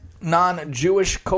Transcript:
non-Jewish